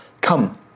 Come